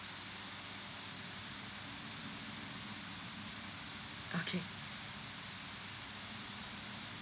okay